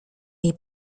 jej